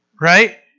right